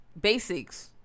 basics